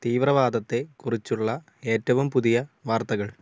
തീവ്രവാദത്തെ കുറിച്ചുള്ള ഏറ്റവും പുതിയ വാർത്തകൾ